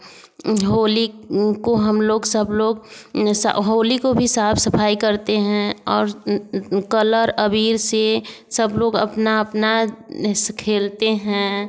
होली को हम लोग सब लोग होली को भी साफ़ सफ़ाई करते हैं और कलर अबीर से सब लोग अपना अपना खेलते हैं